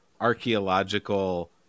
archaeological